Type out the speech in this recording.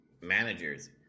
managers